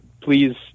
please